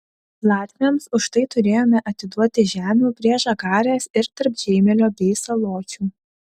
latviams už tai turėjome atiduoti žemių prie žagarės ir tarp žeimelio bei saločių